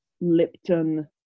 Lipton